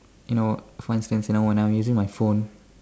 you know for instance you know when I'm using my phone